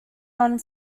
one